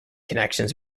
connections